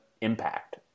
impact